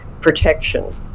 protection